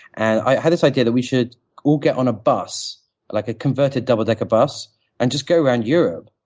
and i had this idea that we should all get on a bus like a converted double decker bus and just go around europe,